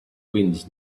winds